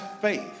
faith